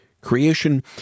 Creation